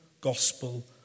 gospel